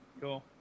Cool